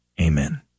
Amen